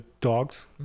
dogs